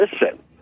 listen